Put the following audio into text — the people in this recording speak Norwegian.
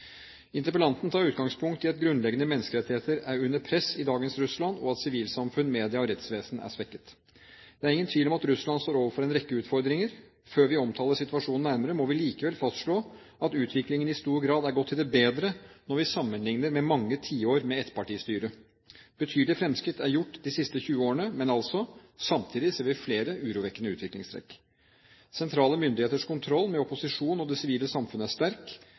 Interpellanten tar utgangspunkt i at grunnleggende menneskerettigheter er under press i dagens Russland, og at sivilsamfunn, medier og rettsvesen er svekket. Det er ingen tvil om at Russland står overfor en rekke utfordringer. Før vi omtaler situasjonen nærmere, må vi likevel fastslå at utviklingen i stor grad er gått til det bedre når vi sammenlikner med mange tiår med ettpartistyre. Betydelige fremskritt er gjort de siste 20 årene, men altså: samtidig ser vi flere urovekkende utviklingstrekk. Sentrale myndigheters kontroll med opposisjon og det sivile samfunn er sterk.